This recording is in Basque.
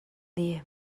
die